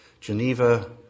Geneva